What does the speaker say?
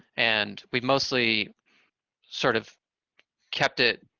and we've mostly sort of kept it,